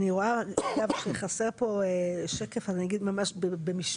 אני רואה שחסר פה שקף, אני אגיד ממש במשפט,